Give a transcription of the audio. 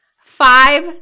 five